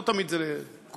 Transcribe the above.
לא תמיד זה מקובל,